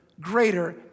greater